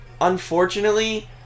unfortunately